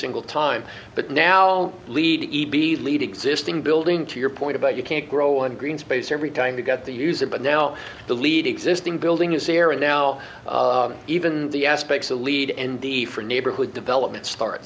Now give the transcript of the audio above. single time but now lead e b lead existing building to your point about you can't grow and green space every time to get the use it but now the lead existing building is there and now even the aspects of lead in the for neighborhood development start